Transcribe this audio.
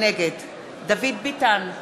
נגד דוד ביטן,